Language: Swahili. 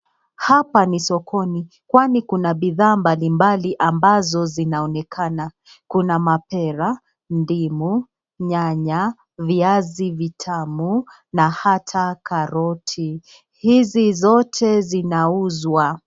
Hapa ni sokoni kwani kuna bidhaa mbalimbali ambazo zinaonekana. Kuna mapera, ndimu, nyanya, viazi vitamu na hata karoti, hizi zote zinauzwa.